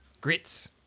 Grits